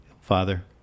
Father